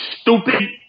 stupid